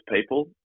people